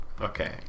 Okay